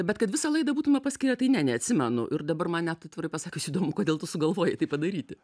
bet kad visą laidą būtume paskyrę tai ne neatsimenu ir dabar man net atvirai pasakius įdomu kodėl tu sugalvojai tai padaryti